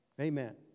Amen